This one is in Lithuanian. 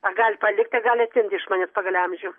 a gali palikti a gali atimti iš manęs pagal amžių